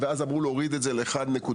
אז אמרו להוריד את זה ל-1.5,